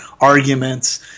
arguments